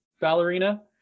ballerina